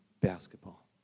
basketball